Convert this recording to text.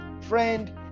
friend